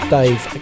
Dave